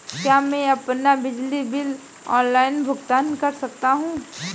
क्या मैं अपना बिजली बिल ऑनलाइन भुगतान कर सकता हूँ?